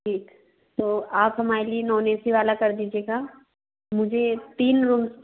ठीक तो आप हमाये लिए नॉन ए सी वाला कर दीजिएगा मुझे तीन रूम